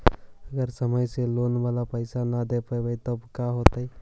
अगर समय से लोन बाला पैसा न दे पईबै तब का होतै?